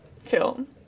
film